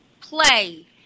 play